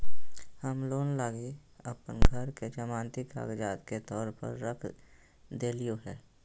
हम लोन लगी अप्पन घर के जमानती कागजात के तौर पर रख देलिओ हें